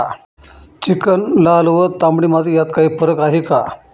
Chicken, लाल व तांबडी माती यात काही फरक आहे का?